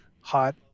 hot